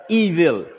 evil